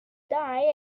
die